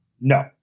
No